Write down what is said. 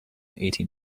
eighteen